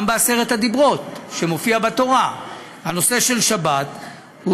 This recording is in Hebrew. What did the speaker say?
גם בעשרת הדברות שמופיעים בתורה הנושא של שבת הוא